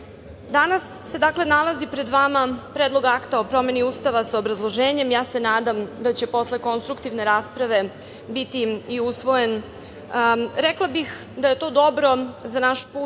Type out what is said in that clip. se pred vama nalazi Predlog akta o promeni Ustava, sa obrazloženjem. Ja se nadam da će posle konstruktivne rasprave biti i usvojen. Rekla bih da je to dobro za naš put